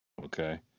Okay